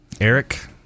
Eric